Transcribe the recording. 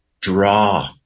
draw